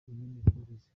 inyemezabuguzi